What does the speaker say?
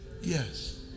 Yes